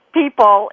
people